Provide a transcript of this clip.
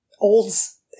olds